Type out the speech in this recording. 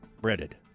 breaded